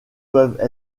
peuvent